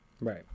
Right